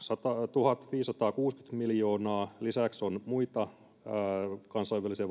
tuhatviisisataakuusikymmentä miljoonaa lisäksi on muita kansainvälisiä